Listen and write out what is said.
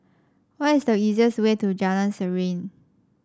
what is the easiest way to Jalan Serene